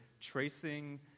tracing